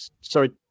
Sorry